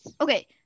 Okay